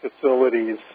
facilities